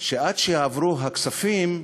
כך שעד שיעברו הכספים,